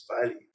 value